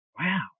wow